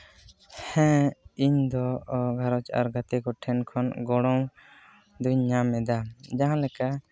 ᱦᱮᱸ ᱤᱧ ᱫᱚ ᱜᱷᱟᱨᱚᱸᱡᱽ ᱟᱨ ᱜᱟᱛᱮ ᱠᱚ ᱴᱷᱮᱱ ᱠᱷᱚᱱ ᱜᱚᱲᱚ ᱫᱚᱧ ᱧᱟᱢ ᱮᱫᱟ ᱡᱟᱦᱟᱸ ᱞᱮᱠᱟ